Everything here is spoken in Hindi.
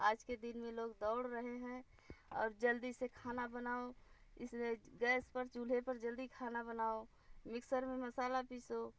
आज के दिन में लोग दौड़ रहे हैं और जल्दी से खाना बनाओ इसलिए गैस पर चूल्हे पर जल्दी खाना बनाओ मिक्सर में मसाला पीसो